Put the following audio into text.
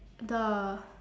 the